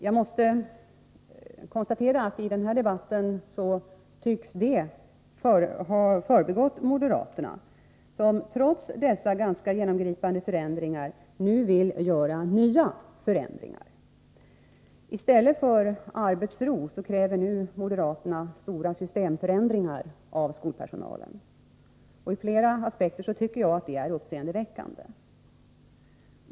Jag måste konstatera att detta tycks ha gått förbi moderaterna i den här debatten som trots dessa ganska genomgripande förändringar vill genomföra nya förändringar. I stället för arbetsro kräver moderaterna stora systemförändringar när det gäller skolpersonalen. Ur flera aspekter tycker jag att det är uppseendeväckande.